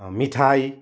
मिठाई